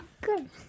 good